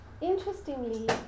interestingly